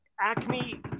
Acme